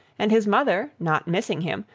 and his mother, not missing him,